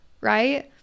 right